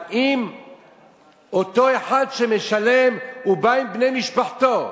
אבל אם אותו אחד שמשלם בא עם בני משפחתו,